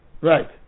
Right